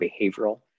behavioral